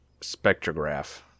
spectrograph